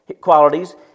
qualities